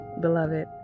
Beloved